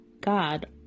God